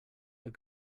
are